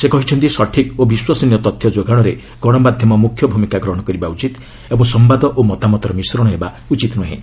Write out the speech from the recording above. ସେ କହିଛନ୍ତି ସଠିକ୍ ଓ ବିଶ୍ୱସନୀୟ ତଥ୍ୟ ଯୋଗାଣରେ ଗଣମାଧ୍ୟମ ମୁଖ୍ୟ ଭୂମିକା ଗ୍ରହଣ କରିବା ଉଚିତ ଏବଂ ସମ୍ଭାଦ ଓ ମତାମତର ମିଶ୍ରଣ ହେବା ଉଚିତ ନୁହେଁ